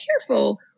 careful